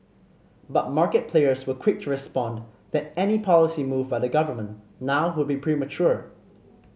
but market players were quick to respond that any policy move by the government now would be premature